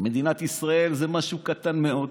מדינת ישראל זה משהו קטן מאוד.